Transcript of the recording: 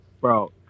Bro